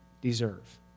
deserve